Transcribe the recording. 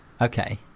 okay